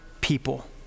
people